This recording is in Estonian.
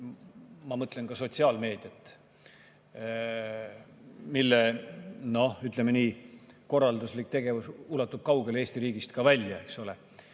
ma mõtlen ka sotsiaalmeediat, mille korralduslik tegevus ulatub kaugele Eesti riigist välja, eks ole,